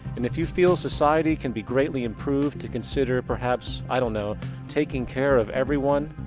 and if you feel society can be greatly improved to consider, perhaps i don't know taking care of everyone.